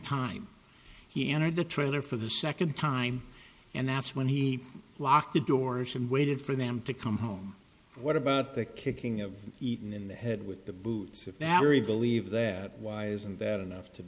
time he entered the trailer for the second time and that's when he locked the doors and waited for them to come home what about the kicking of eaten in the head with the boots of barry believe that why isn't that enough to